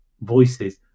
voices